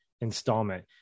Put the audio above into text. installment